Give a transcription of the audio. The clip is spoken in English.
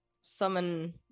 summon